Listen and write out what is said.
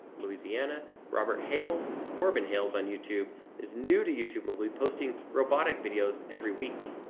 louisiana. robert hales, corbin hales on youtube is new to youtube, we'll be posting robotic videos every week.